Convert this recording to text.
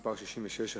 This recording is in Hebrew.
מס' 66,